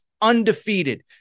undefeated